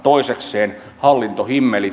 toisekseen hallintohimmelit